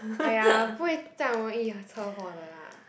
!aiya! 不会这样容易车祸的啦